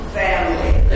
family